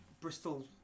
Bristol